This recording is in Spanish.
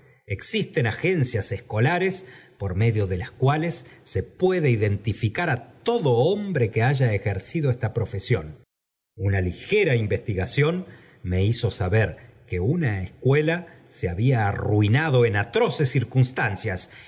existen agencias escolares por medio de las cuales se puede identificar á todo hombre q u e haya ejercido esta profesión una ligera mvestigación me hizo saber que una escuela se había arrumado en atroces circunstancias